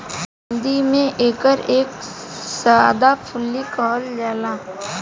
हिंदी में एकरा के सदाफुली कहल जाला